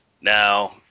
now